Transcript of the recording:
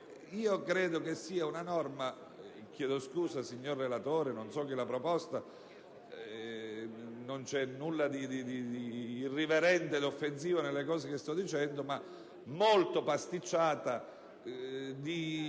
Credo sia una norma (chiedo scusa, signor relatore, non so chi l'ha proposta: non c'è nulla di irriverente ed offensivo nelle cose che sto dicendo) molto pasticciata, di